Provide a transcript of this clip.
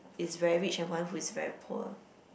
is very rich and one who is very poor